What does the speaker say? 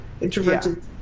Introverted